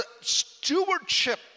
stewardship